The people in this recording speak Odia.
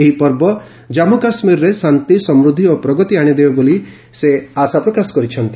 ଏହି ପର୍ବ ଜନ୍ମୁ କାଶ୍ମୀର୍ରେ ଶାନ୍ତି ସମୃଦ୍ଧି ଓ ପ୍ରଗତି ଆଶିଦେବ ବୋଲି ଆଶା ପ୍ରକାଶ କରିଚ୍ଛନ୍ତି